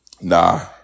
nah